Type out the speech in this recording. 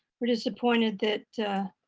we're disappointed that